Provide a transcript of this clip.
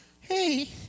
Hey